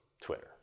Twitter